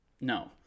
no